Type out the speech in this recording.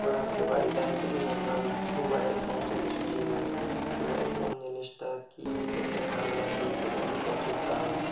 ধরুন আপনি বাড়িতে আছেন আপনার দুবায়ের সমস্ত কিছু জিনিস দুবায়ে কোন জিনিসটা কী খেতে ভালো লাগে সেখানে কতো দাম